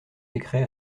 décret